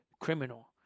criminal